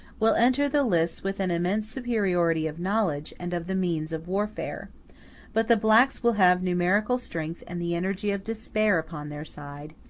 will enter the lists with an immense superiority of knowledge and of the means of warfare but the blacks will have numerical strength and the energy of despair upon their side,